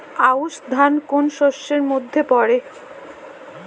আউশ ধান কোন শস্যের মধ্যে পড়ে?